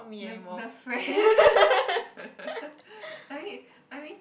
the the friends I mean I mean